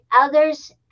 others